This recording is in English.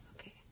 Okay